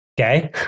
Okay